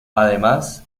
además